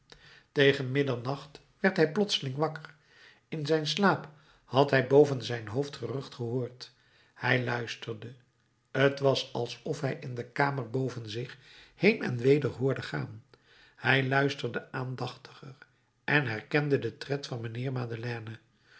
tegen middernacht werd hij plotseling wakker in zijn slaap had hij boven zijn hoofd gerucht gehoord hij luisterde t was alsof hij in de kamer boven zich heen en weder hoorde gaan hij luisterde aandachtiger en herkende den tred van mijnheer madeleine